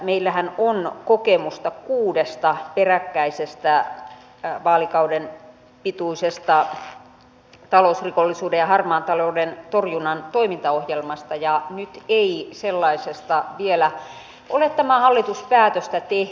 meillähän on kokemusta kuudesta peräkkäisestä vaalikauden pituisesta talousrikollisuuden ja harmaan talouden torjunnan toimintaohjelmasta ja nyt ei sellaisesta vielä ole tämä hallitus päätöstä tehnyt